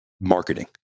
marketing